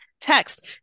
text